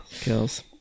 kills